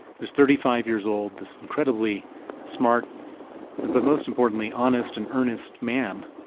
he was thirty five years old, this incredibly smart and but most importantly honest and earnest man.